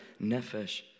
nefesh